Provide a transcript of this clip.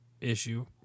issue